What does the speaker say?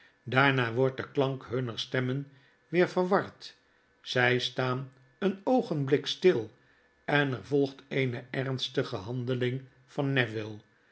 daarna wordt de klank hunner stemmen weer ver ward zij staan een oogenblik stil en er volgt eene ernstige handeling van